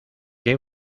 qué